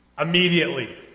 Immediately